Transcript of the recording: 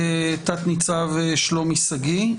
תת-ניצב שלומי שגיא.